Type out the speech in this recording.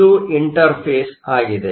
ಇದು ಇಂಟರ್ಫೇಸ್ ಆಗಿದೆ